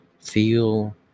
feel